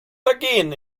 vergehen